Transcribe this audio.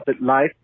life